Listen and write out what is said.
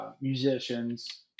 musicians